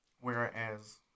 Whereas